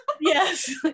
Yes